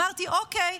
אמרתי: אוקיי,